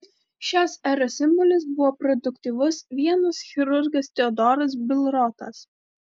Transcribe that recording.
šios eros simbolis buvo produktyvus vienos chirurgas teodoras bilrotas